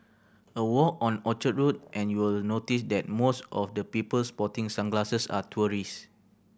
a walk on Orchard Road and you'll notice that most of the people sporting sunglasses are tourists